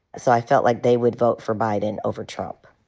so i felt like they would vote for biden over trump.